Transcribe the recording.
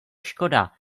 škoda